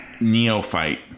neophyte